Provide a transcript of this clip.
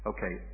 Okay